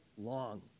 long